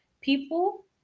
people